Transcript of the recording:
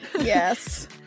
Yes